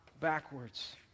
backwards